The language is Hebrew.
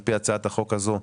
על פי הצעת החוק הזו,